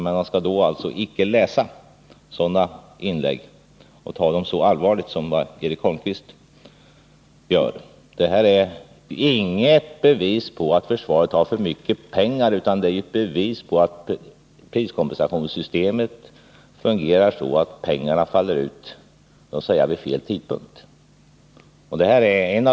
Det gör att man inte skall ta sådana artiklar med så stort allvar som tydligen Eric Holmqvist gör. Vad som framhålls i artikeln utgör inget bevis på att försvaret skulle ha för mycket pengar, utan det är ett bevis på att priskompensationssystemet fungerar så att pengarna så att säga faller ut vid fel tidpunkt.